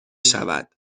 شود